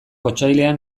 otsailean